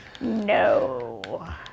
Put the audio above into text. No